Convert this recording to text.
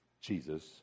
Jesus